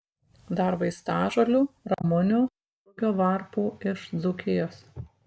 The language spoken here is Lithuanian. dar vaistažolių ramunių rugio varpų iš dzūkijos